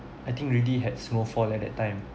I think already had snowfall at that time